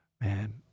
man